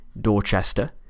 Dorchester